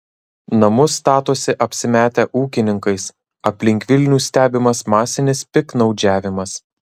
namus statosi apsimetę ūkininkais aplink vilnių stebimas masinis piktnaudžiavimas